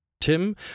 Tim